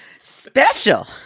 special